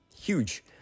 huge